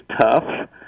tough